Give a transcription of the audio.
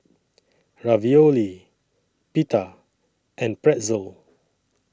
Ravioli Pita and Pretzel